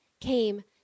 came